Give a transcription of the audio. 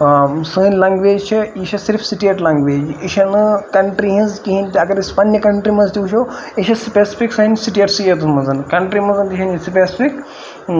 سٲنۍ لنٛگویج چھےٚ یہِ چھےٚ صرف سٹیٹ لنٛگویج یہِ چھَنہٕ کَںٹِرٛی ہِنٛز کِہیٖنۍ تہِ اگر أسۍ پنٛنہِ کَںٹِرٛی منٛز تہِ وٕچھو یہِ چھےٚ سُپیسفِک سانہِ سٹیٹسٕے یوت منٛز کَنٹِرٛی منٛز تہِ چھَنہٕ یہِ سپیسفِک